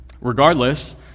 Regardless